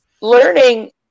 learning